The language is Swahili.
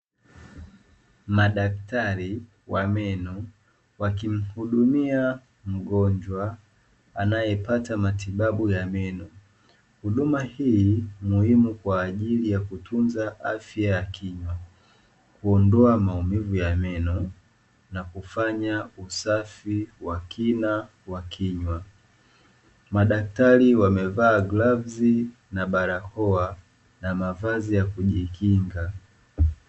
Madaktari wa meno wakimhudumia mgonjwa anaepata matibabu ya meno. Huduma hii muhimu kwa ajili ya kutunza afya ya kinywa, huondoa maumivu ya meno na kufanya usafi wa kina wa kinywa. Madaktari wamevaa glavzi na barakoa na mavazi ya kujikinga.